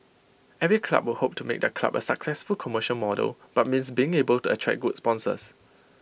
every club would hope to make their club A successful commercial model but means being able to attract good sponsors